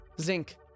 zinc